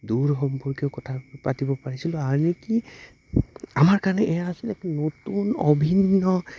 দূৰ সম্পৰ্কীয় কথা পাতিব পাৰিছিলোঁ আৰু নেকি আমাৰ কাৰণে এয়া আছিলে এক নতুন অভিন্ন